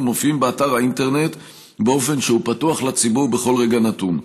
מופיעים באתר האינטרנט באופן שהוא פתוח לציבור בכל רגע נתון.